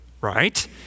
Right